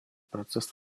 процесс